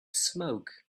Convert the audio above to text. smoke